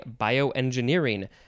bioengineering